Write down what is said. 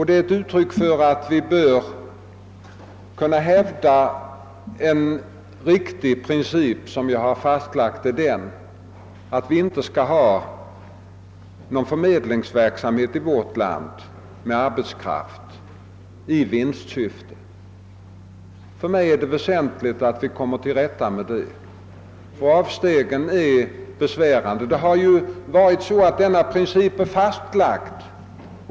Det är ett uttryck för min åsikt att vi bör kunna hävda en riktig princip som vi har fastlagt, nämligen den att vi inte i vårt land skall ha någon = förmedlingsverksamhet med arbetskraft i vinstsyfte. För mig är det väsentligt att vi kommer till rätta med detta problem.